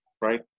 right